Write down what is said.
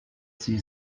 sie